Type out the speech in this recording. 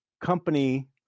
company